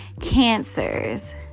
Cancers